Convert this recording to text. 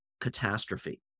catastrophe